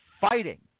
fighting